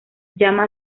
llama